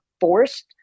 forced